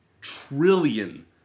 trillion